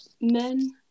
men